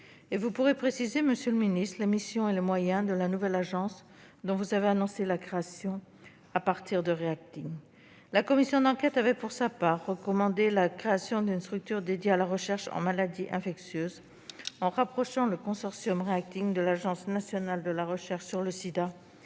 Pourrez-vous préciser, monsieur le ministre, les missions et les moyens de la nouvelle agence, fondée sur REACTing, dont vous avez annoncé la création ? Pour sa part, la commission d'enquête a recommandé la création d'une structure dédiée à la recherche en maladies infectieuses, en rapprochant le consortium REACTing de l'Agence nationale de la recherche sur le sida